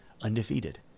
undefeated